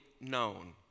known